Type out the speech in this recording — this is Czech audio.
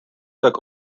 tak